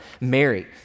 Mary